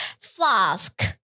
Flask